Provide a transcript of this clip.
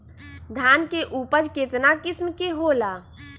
धान के उपज केतना किस्म के होला?